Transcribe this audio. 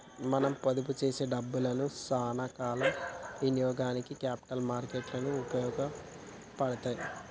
మనం పొదుపు చేసే డబ్బులను సానా కాల ఇనియోగానికి క్యాపిటల్ మార్కెట్ లు ఉపయోగపడతాయి